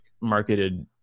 marketed